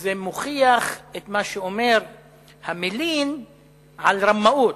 וזה מוכיח את מה שאומר המלין על רמאות,